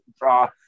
draw